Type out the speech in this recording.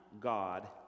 God